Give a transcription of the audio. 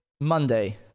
monday